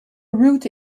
route